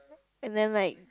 and then like